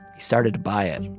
he started to buy it,